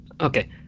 Okay